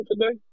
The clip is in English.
today